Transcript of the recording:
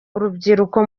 urubyiruko